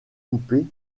coupés